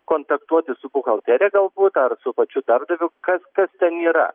kontaktuoti su buhalterija galbūt ar su pačiu darbdaviu kas kas ten yra